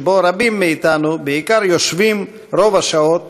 שבו רבים מאתנו בעיקר יושבים רוב השעות